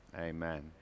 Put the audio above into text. Amen